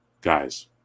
guys